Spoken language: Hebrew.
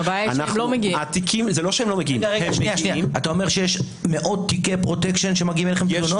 אתה אומר שיש מאות תיקי פרוטקשן שמגיעים אליהם תלונות?